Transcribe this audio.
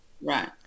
Right